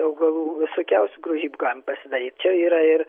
augalų visokiausių grožybių galima pasidaryt čia yra ir